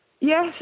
Yes